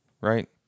right